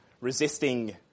resisting